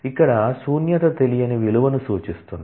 ఇక్కడ శూన్యత తెలియని విలువను సూచిస్తుంది